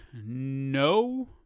no